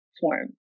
form